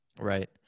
Right